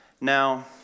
Now